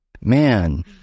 Man